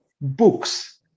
Books